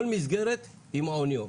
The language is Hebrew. כל מסגרת היא מעון יום.